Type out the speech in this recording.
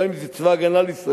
גם אם זה צבא-הגנה לישראל,